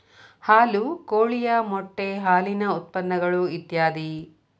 ಹಾಲು ಕೋಳಿಯ ಮೊಟ್ಟೆ ಹಾಲಿನ ಉತ್ಪನ್ನಗಳು ಇತ್ಯಾದಿ